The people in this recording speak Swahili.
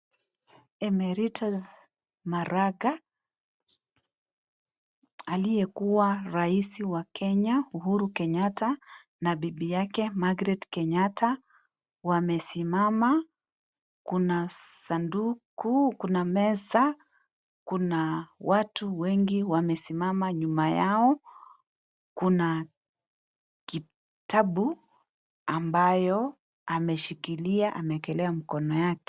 Emeritus Maraga, aliyekuwa rais wa Kenya Uhuru Kenyatta na Bibi yake Margaret Kenyatta wamesimama. Kuna sanduku, kuna meza, kuna watu wengi wamesimama nyuma yao. Kuna kitabu ambayo ameshikilia amewekelea mikono yake.